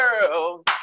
girl